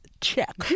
check